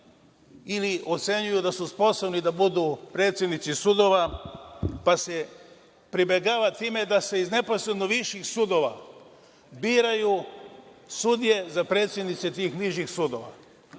ili ocenjuju da su sposobni da budu predsednici sudova, pa se pribegava tome da se iz neposredno viših sudova biraju sudije za predsednike tih nižih sudova.